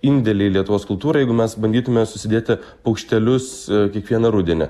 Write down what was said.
indėlį lietuvos kultūrai jeigu mes bandytume susidėti paukštelius kiekvieną rudenį